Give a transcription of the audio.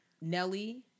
Nelly